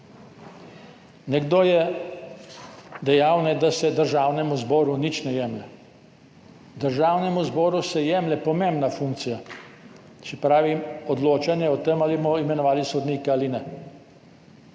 Nekdo je dejal, da se Državnemu zboru nič ne jemlje. Državnemu zboru se jemlje pomembna funkcija, se pravi odločanje o tem, ali bomo imenovali sodnike ali ne.